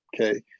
Okay